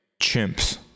chimps